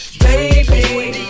baby